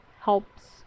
helps